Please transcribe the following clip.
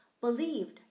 believed